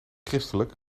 christelijk